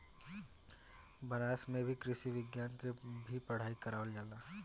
बनारस में भी कृषि विज्ञान के भी पढ़ाई करावल जाला